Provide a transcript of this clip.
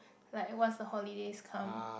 like once the holidays come